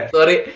Sorry